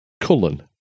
Cullen